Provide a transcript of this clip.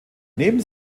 neben